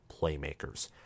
playmakers